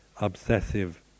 obsessive